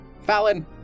Fallon